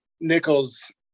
Nichols